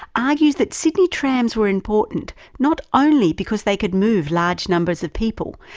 argues that sydney trams were important not only because they could move large numbers of people,